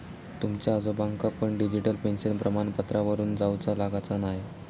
तुमच्या आजोबांका पण डिजिटल पेन्शन प्रमाणपत्रावरून जाउचा लागाचा न्हाय